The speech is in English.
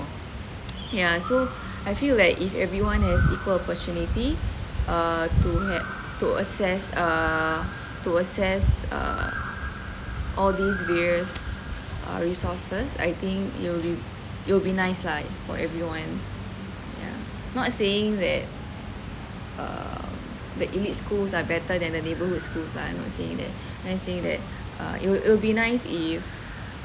ya so I feel like if everyone has equal opportunity uh to have to access err to access uh all these various uh resources I think it will be nice lah for everyone ya not saying that err the elite schools are better than the neighbourhood schools lah I'm not saying that I'm just saying that it will it will be nice if